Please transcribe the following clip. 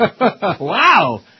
Wow